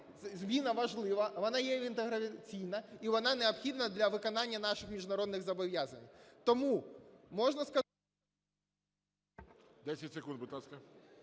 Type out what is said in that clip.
зміна важлива, вона є інтеграційна і вона необхідна для виконання наших міжнародних зобов'язань. Тому можна… СТЕФАНЧУК Р.О. 10 секунд, будь ласка.